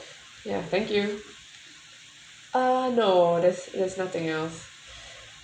ya thank you uh no that's that's nothing else